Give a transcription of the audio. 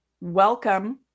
welcome